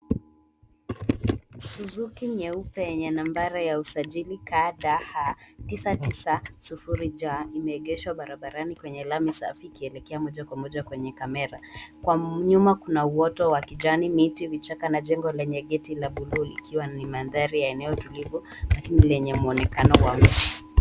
Suzuki nyeupe yenye namba ya usajili, KDH tisa tisa sufuri J,limeegeshwa barabarani kwenye lami safi ikielekea moja kwa moja kwenye kamera. Kwa nyuma kuna uoto wa kijani, miti, vichaka na jengo lenye rangi ya bluu likiwa ni mandhari ya eneo tulivu lakini lenye mwonekano wa nje.